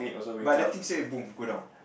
but the T-shirt boom go down